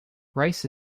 rice